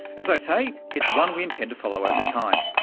as i say, it's one we intend to follow over time,